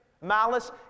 malice